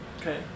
Okay